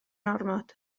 ormod